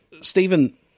stephen